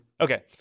Okay